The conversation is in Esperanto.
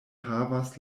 havas